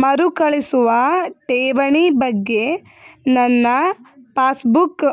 ಮರುಕಳಿಸುವ ಠೇವಣಿ ಬಗ್ಗೆ ನನ್ನ ಪಾಸ್ಬುಕ್